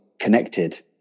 connected